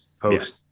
post